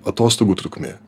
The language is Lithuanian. atostogų trukmė